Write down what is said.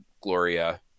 Gloria